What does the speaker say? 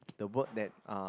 the work that uh